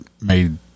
made